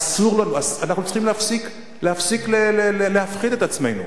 אסור לנו, אנחנו צריכים להפסיק להפחיד את עצמנו.